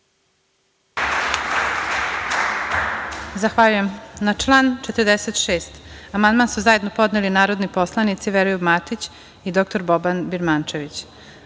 Zahvaljujem. Na član 61. amandman su zajedno podneli narodni poslanici Veroljub Matić i dr Boban Birmančević. Vlada